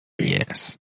yes